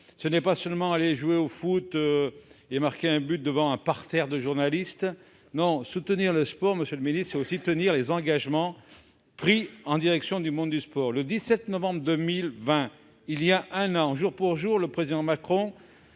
règles sanitaires, ou jouer au foot et marquer un but devant un parterre de journalistes. Non, soutenir le sport, monsieur le ministre, c'est aussi tenir les engagements pris en direction du monde du sport ! Le 17 novembre 2020, soit il y a un an, jour pour jour, le président Macron